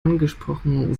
angesprochen